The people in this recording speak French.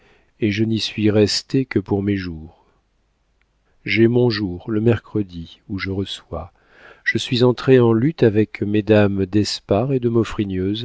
et je n'y suis restée que pour mes jours j'ai mon jour le mercredi où je reçois je suis entrée en lutte avec mesdames d'espard et de